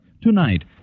Tonight